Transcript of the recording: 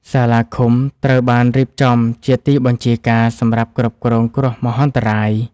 សាលាឃុំត្រូវបានរៀបចំជាទីបញ្ជាការសម្រាប់គ្រប់គ្រងគ្រោះមហន្តរាយ។